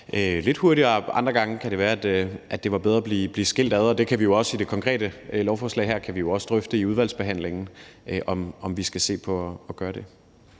lidt hurtigere. Andre gange kan det være, at det var bedre, at det blev skilt ad. I forhold til det konkrete lovforslag her kan vi jo også drøfte i udvalgsbehandlingen, om vi skal se på at gøre det.